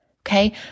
Okay